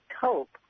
cope